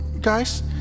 guys